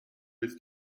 ist